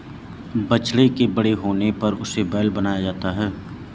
बछड़े के बड़े होने पर उसे बैल बनाया जाता है